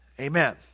Amen